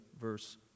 verse